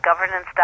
governance